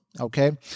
okay